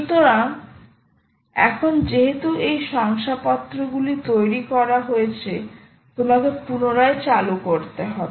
সুতরাং এখন যেহেতু এই শংসাপত্রগুলি তৈরি করা হয়েছে তোমাকে পুনরায় চালু করতে হবে